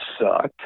sucked